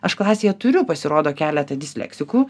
aš klasėje turiu pasirodo keletą disleksikų